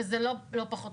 וזה לא פחות משפיע.